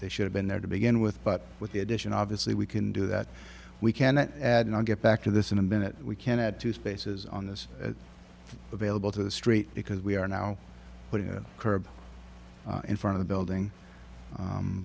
it should have been there to begin with but with the addition obviously we can do that we can add and i'll get back to this in a minute we can add two spaces on this available to the street because we are now putting a curb in front of the building